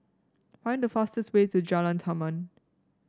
find the fastest way to Jalan Taman